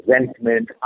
resentment